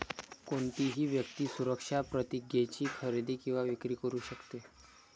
कोणतीही व्यक्ती सुरक्षा प्रतिज्ञेची खरेदी किंवा विक्री करू शकते